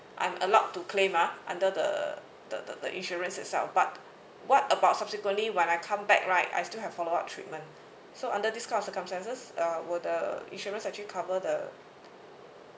I'm allowed to claim ah under the the the insurance itself but what about subsequently when I come back right I still have follow up treatment so under these kind of circumstances uh will the insurance actually cover the